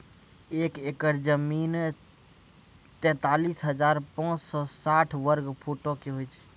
एक एकड़ जमीन, तैंतालीस हजार पांच सौ साठ वर्ग फुटो के होय छै